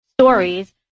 stories